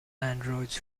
androids